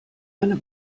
eine